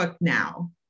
now